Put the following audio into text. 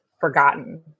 Forgotten